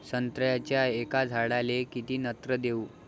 संत्र्याच्या एका झाडाले किती नत्र देऊ?